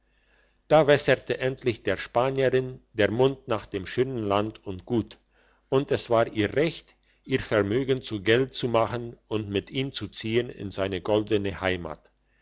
da wässerte endlich der spanierin der mund nach dem schönen land und gut und es war ihr recht ihr vermögen zu geld zu machen und mit ihm zu ziehen in seine goldene heimat